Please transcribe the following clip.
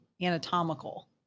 anatomical